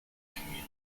community